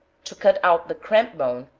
to cut out the cramp bone,